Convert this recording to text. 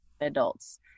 adults